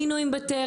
היינו עם בטרם,